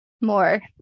more